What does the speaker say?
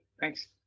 thanks